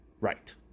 Right